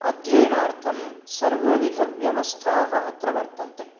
अध्ययनार्थं सर्वविधव्यवस्थाः अत्र वर्तन्ते